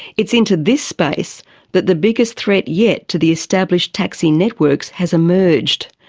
it's into this space that the biggest threat yet to the established taxi networks has emerged.